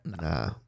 Nah